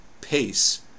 pace